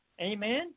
Amen